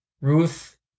Ruth